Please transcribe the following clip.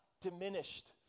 diminished